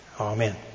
Amen